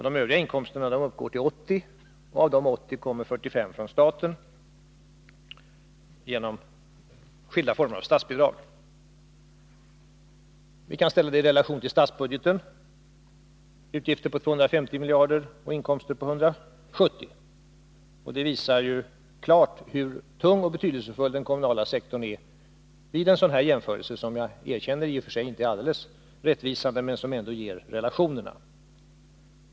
De övriga inkomsterna uppgår till 80 miljarder, och av dessa 80 miljarder kommer 45 från staten genom skilda former av statsbidrag. Vi kan ställa detta i relation till statsbudgetens utgifter på 250 miljarder och inkomster på 170 miljarder. Hur tung och betydelsefull den kommunala sektorn är visas klart vid en sådan jämförelse som — det erkänner jag — i och för sig inte är alldeles rättvisande men som ändå ger relationerna.